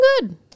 good